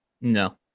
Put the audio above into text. No